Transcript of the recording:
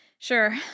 Sure